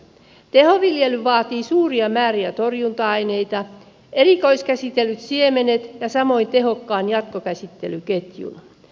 tehoviljely vaatii suuria määriä torjunta aineita erikoiskäsitellyt siemenet ja samoin tehokkaan jatkokäsittelyketjun